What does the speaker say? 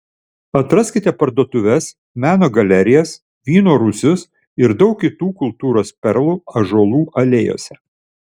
atraskite parduotuves meno galerijas vyno rūsius ir daug kitų kultūros perlų ąžuolų alėjose